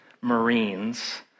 Marines